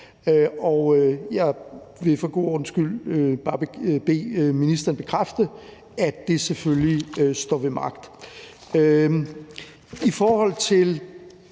Jeg vil for god ordens skyld bare bede ministeren bekræfte, at det selvfølgelig står ved magt.